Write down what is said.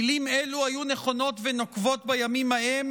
מילים אלו היו נכונות ונוקבות בימים ההם,